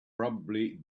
probably